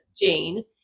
jane